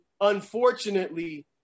unfortunately